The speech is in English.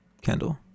Kendall